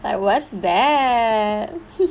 I was there